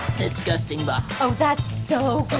disgusting box. oh, that's so